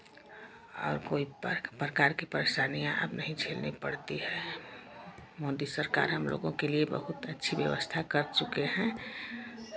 और कोई प्रक प्रकार की परेशानियाँ अब नहीं झेलनी पड़ती है मोदी सरकार हम लोगों के लिए बहुत अच्छी व्यवस्था कर चुके हैं